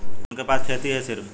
उनके पास खेती हैं सिर्फ